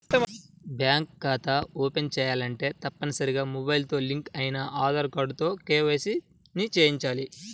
bank ఖాతా open చేయాలంటే తప్పనిసరిగా మొబైల్ తో లింక్ అయిన ఆధార్ కార్డుతో కేవైసీ ని చేయించాలి